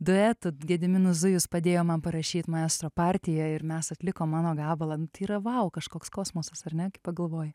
duetu gediminas zujus padėjo man parašyt maestro partiją ir mes atliko mano gabalą nu tai yra vau kažkoks kosmosas ar ne kai pagalvoji